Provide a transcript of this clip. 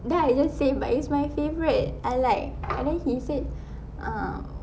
then I just said but it's my favourite I like and then he said um